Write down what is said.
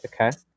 Okay